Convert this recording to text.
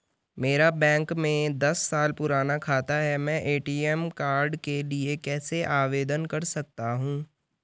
मेरा बैंक में दस साल पुराना खाता है मैं ए.टी.एम कार्ड के लिए कैसे आवेदन कर सकता हूँ?